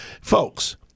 Folks